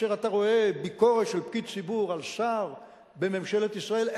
כאשר אתה רואה ביקורת של פקיד ציבור על שר בממשלת ישראל,